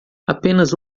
apenas